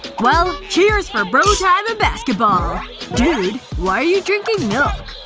well, cheers for bro time and basketball dude. why are you drinking milk?